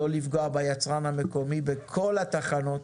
לא לפגוע ביצרן המקומי בכל התחנות,